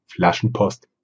Flaschenpost